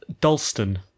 Dalston